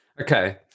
okay